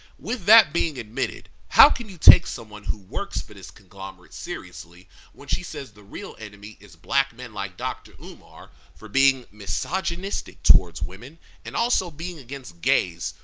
with that being admitted, how can you take someone who works for this conglomerate seriously when she says the real enemy is black men like dr. umar for being misogynistic towards women and also being against gays,